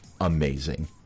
amazing